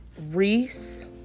Reese